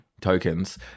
tokens